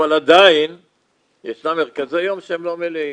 אבל עדיין ישנם מרכזי יום שהם לא מלאים.